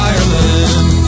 Ireland